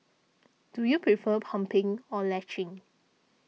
do you prefer pumping or latching